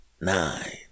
nine